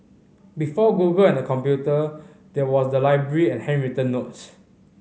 before Google and the computer there was the library and handwritten notes